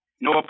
No